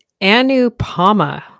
anupama